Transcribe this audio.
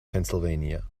pennsylvania